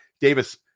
Davis